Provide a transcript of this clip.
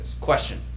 Question